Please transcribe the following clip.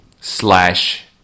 slash